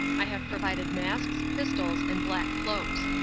i have provided masks, pistols, and black cloaks.